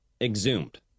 exhumed